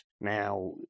Now